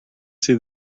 sydd